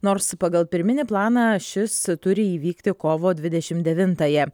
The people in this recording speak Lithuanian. nors pagal pirminį planą šis turi įvykti kovo dvidešim devintąją